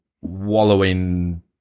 wallowing